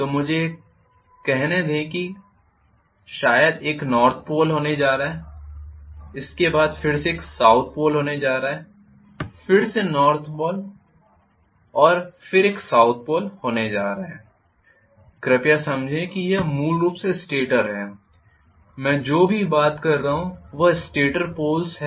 तो मुझे यह कहने दें कि शायद एक नॉर्थ पोल होने जा रहा है इसके बाद फिर से एक साउथ पोल होने जा रहा है फिर से नॉर्थ पोल और फिर एक साउथ पोल होने जा रहा है कृपया समझें कि यह मूल रूप से स्टेटर है मैं जो भी बात कर रहा हूं वह स्टेटर पोल्स है